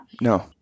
No